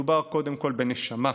מדובר קודם כול בנשמה,